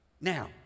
now